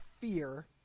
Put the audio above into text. fear